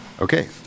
Okay